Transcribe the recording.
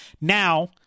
now